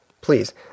Please